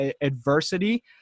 adversity